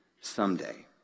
someday